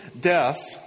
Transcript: death